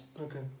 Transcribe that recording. Okay